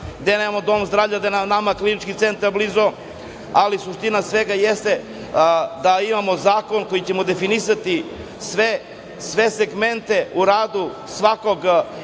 gde nemamo dom zdravlja, nama je klinički centar blizu, ali u suština svega jeste da imamo zakon koji ćemo definisati sve segmente u radu svakog